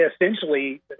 essentially